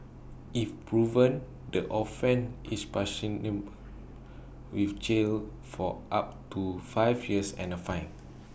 if proven the offence is with jail for up to five years and A fine